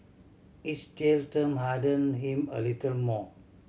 each jail term hardened him a little more